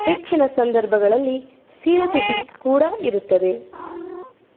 ಹೆಚ್ಚಿನ ಸಂದರ್ಭಗಳಲ್ಲಿ ಸೀಳು ತುಟಿ ಕೂಡ ಇರುತ್ತದೆ